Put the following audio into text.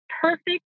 perfect